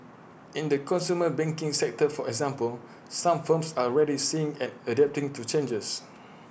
in the consumer banking sector for example some firms are ready seeing and adapting to changes